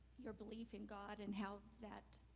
your belief in god and how that